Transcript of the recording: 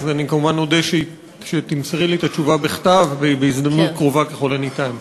אני כמובן אודה אם תמסרי לי את התשובה בכתב ובהזדמנות קרובה ככל הניתן.